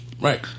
right